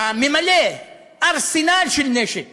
הממלא, ארסנל של נשק